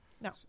No